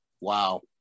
Wow